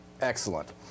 Excellent